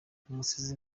umusizi